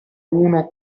uno